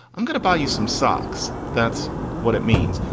i'm going to buy you some socks. that's what it means.